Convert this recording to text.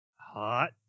Hot